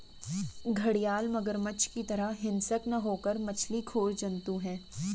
घड़ियाल मगरमच्छ की तरह हिंसक न होकर मछली खोर जंतु है